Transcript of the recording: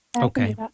Okay